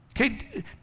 Okay